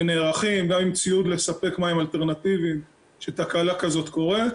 ונערכים גם עם ציוד לספק מים אלטרנטיביים כשתקלה כזאת קורית,